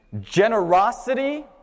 Generosity